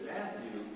Matthew